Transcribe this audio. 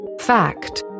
fact